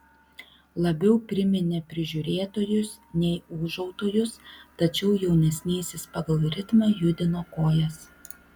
labiau priminė prižiūrėtojus nei ūžautojus tačiau jaunesnysis pagal ritmą judino kojas